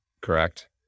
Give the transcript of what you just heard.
Correct